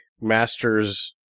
masters